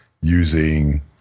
using